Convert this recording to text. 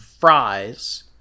fries